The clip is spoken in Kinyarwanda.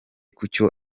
kucyo